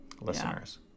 listeners